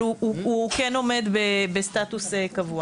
אבל הוא כן עומד בסטטוס קבוע.